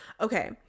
okay